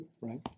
right